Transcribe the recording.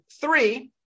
three